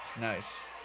Nice